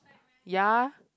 ya